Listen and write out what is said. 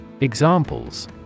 Examples